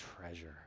treasure